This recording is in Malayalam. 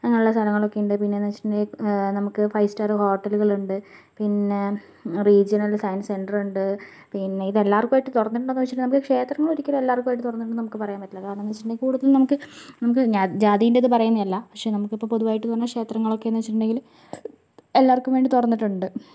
അങ്ങനെയുള്ള സ്ഥലങ്ങളൊക്കെ ഉണ്ട് പിന്നെ എന്ന് വെച്ചിട്ടുണ്ടെങ്കിൽ നമുക്ക് ഫൈവ് സ്റ്റാർ ഹോട്ടലുകൾ ഉണ്ട് പിന്നെ റീജണൽ സയൻസ് സെന്റർ ഉണ്ട് പിന്നെ ഇതല്ലാർക്കുമായിട്ട് തുറന്നിട്ടുണ്ടന്ന് ചോദിച്ചിട്ടുണ്ടങ്കിൽ നമുക്ക് ക്ഷേത്രങ്ങൾ ഒരിക്കലും എല്ലാവർക്കും വേണ്ടീട്ട് തുറന്നിട്ടുണ്ടോന്ന് നമുക്ക് പറയാൻ പറ്റില്ല കാരണം എന്ന് വെച്ചിട്ടുണ്ടങ്കിൽ കൂടുതൽ നമുക്ക് നമുക്ക് ജാതിൻറെത് പറയുന്നത് അല്ല പക്ഷേ നമുക്ക് പൊതുവായിട്ടെന്ന് പറഞ്ഞ ക്ഷേത്രങ്ങളൊക്കെന്ന് വച്ചിട്ടുണ്ടെങ്കിൽ എല്ലാവർക്കും വേണ്ടി തുറന്നിട്ടുണ്ട്